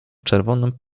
czerwonym